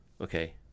Okay